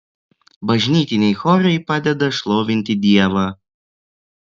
bažnytiniai chorai padeda šlovinti dievą